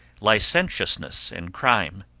licentiousness, and crime.